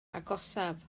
agosaf